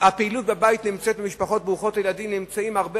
הפעילות במשפחות ברוכות ילדים היא הרבה